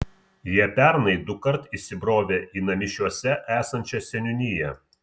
jie pernai dukart įsibrovė į namišiuose esančią seniūniją